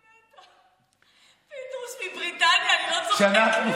פינדרוס, מבריטניה, אני לא צוחקת.